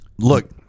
look